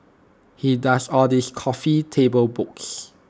he does all these coffee table books